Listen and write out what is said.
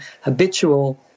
habitual